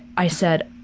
i said,